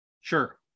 Sure